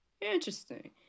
interesting